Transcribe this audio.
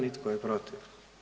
I tko je protiv?